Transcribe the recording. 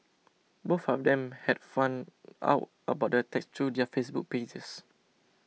both of them had found out about the attacks through their Facebook pages